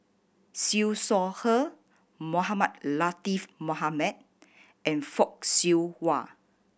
Siew Shaw Her Mohamed Latiff Mohamed and Fock Siew Wah